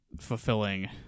fulfilling